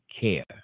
care